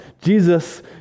Jesus